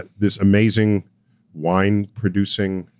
this amazing wine-producing,